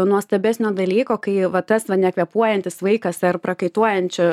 nuostabesnio dalyko kai va tas va nekvėpuojantis vaikas ar prakaituojančio